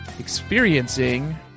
experiencing